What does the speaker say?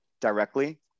directly